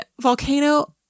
volcano